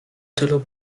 tylu